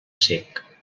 cec